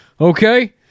Okay